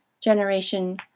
Generation